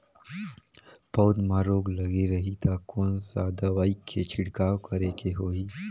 पौध मां रोग लगे रही ता कोन सा दवाई के छिड़काव करेके होही?